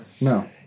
no